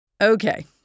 Okay